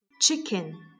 chicken